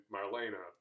Marlena